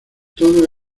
todo